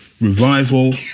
revival